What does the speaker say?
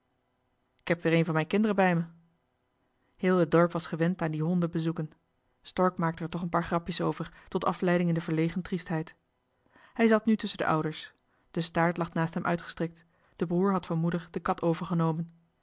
k heb weer een van me kinderen bij me heel het dorp was gewend aan die honde bezoeken stork maakte er toch een paar grapjes over tot afleiding in de verlegen triestheid hij zat nu tusschen de ouders de staart lag naast hem uitgestrekt de broer had van moeder de kat overgenomen